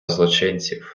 злочинців